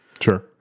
Sure